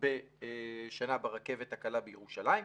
בשנה ברכבת הקלה בירושלים.